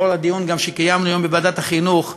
גם לאור הדיון שקיימנו היום בוועדת החינוך,